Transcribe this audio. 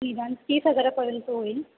निदान तीस हजारापर्यंत होईल